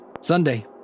Sunday